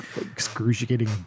excruciating